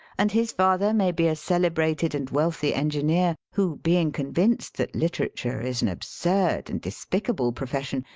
and his father may be a celebrated and wealthy engineer who, being convinced that literature is an absurd and despicable profession,